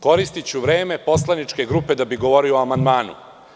Koristiću vreme poslaničke grupe da bih govorio o amandmanu“